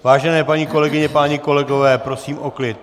Vážené paní kolegyně, páni kolegové, prosím o klid.